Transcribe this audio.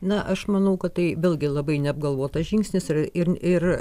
na aš manau kad tai vėlgi labai neapgalvotas žingsnis ir ir ir